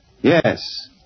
Yes